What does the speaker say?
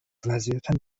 وضعیتم